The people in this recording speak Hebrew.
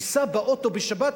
ייסע באוטו בשבת,